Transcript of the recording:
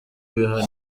bihano